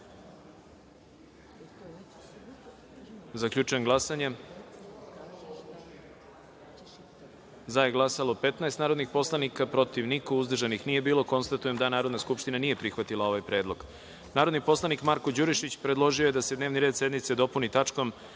predlog. Zaključujem glasanje: za je glasalo – 15 narodnih poslanika, protiv – niko, uzdržanih – nije bilo. Konstatujem da Narodna skupština nije prihvatila ovaj predlog. Narodni poslanik Marko Đurišić predložio je da se dnevni red sednice dopuni tačkom